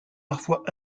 parfois